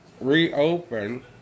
reopen